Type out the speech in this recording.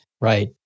Right